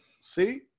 See